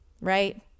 Right